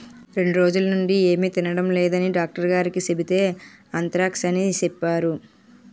రెండ్రోజులనుండీ ఏమి తినడం లేదని డాక్టరుగారికి సెబితే ఆంత్రాక్స్ అని సెప్పేరు